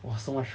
!wah! so much